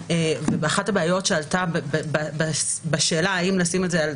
אחת הבעיות שעלתה הייתה האם לשים את זה על